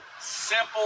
simple